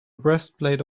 breastplate